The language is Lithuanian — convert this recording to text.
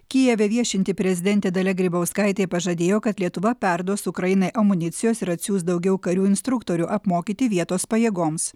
kijeve viešinti prezidentė dalia grybauskaitė pažadėjo kad lietuva perduos ukrainai amunicijos ir atsiųs daugiau karių instruktorių apmokyti vietos pajėgoms